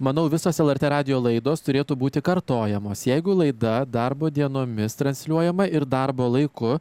manau visos lrt radijo laidos turėtų būti kartojamos jeigu laida darbo dienomis transliuojama ir darbo laiku